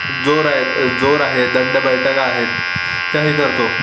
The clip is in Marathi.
जोर आहेत जोर आहे दंडबैठका आहेत त्या हे करतो